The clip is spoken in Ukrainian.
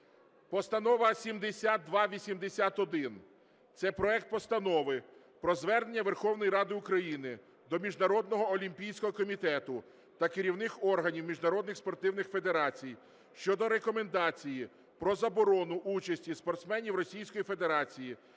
Постанова 7281, це проект Постанови про Звернення Верховної Ради України до Міжнародного олімпійського комітету та керівних органів міжнародних спортивних федерацій щодо рекомендації про заборону участі спортсменів Російської Федерації